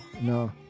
no